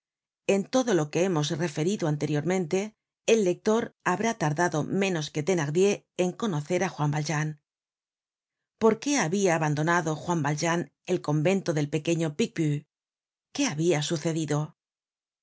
en todo lo que hemos referido anteriormente el lector habrá tardado menos que thenardier en conocer á juan valjean por qué habia abandonado juan valjean el convento del pequeño picpus qué habia sucedido